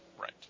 Right